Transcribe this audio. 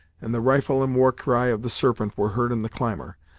and the rifle and war cry of the serpent were heard in the clamor.